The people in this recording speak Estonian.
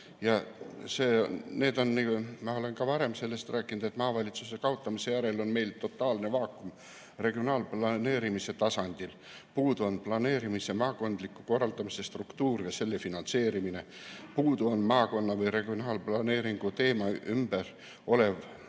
antud eelnõus. Ma olen ka varem rääkinud, et maavalitsuste kaotamise järel on meil totaalne vaakum regionaalplaneerimise tasandil. Puudu on planeerimis‑ ja maakondliku korraldamise struktuur ja selle finantseerimine. Puudu on maakonna‑ või regionaalplaneeringu teema ümber olev